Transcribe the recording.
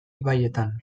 ibaietan